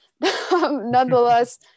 Nonetheless